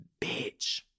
Bitch